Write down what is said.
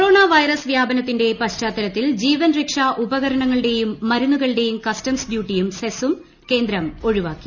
corona virus വ്യാപനത്തന്റെ പശ്ചാത്തലത്തിൽ ജീവൻരക്ഷാ ഉപകരണങ്ങളുടെയും മരുന്നുകളുടെയും കസ്റ്റംസ് ഡ്യൂട്ടിയും സെസ്സും കേന്ദ്രം ഒഴിവാക്കി